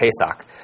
Pesach